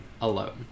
alone